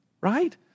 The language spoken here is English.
right